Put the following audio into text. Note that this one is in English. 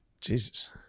Jesus